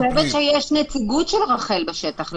אני חושבת שיש נציגות של רח"ל בשטח.